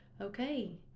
okay